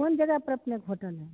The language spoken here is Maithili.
कोन जगह पर अपने के होटल हइ